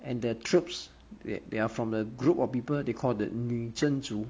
and the troops they they are from the group of people called the 女真族